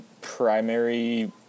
primary